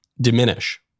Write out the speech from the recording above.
diminish